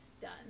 done